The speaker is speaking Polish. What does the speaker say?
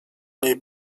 niej